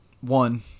One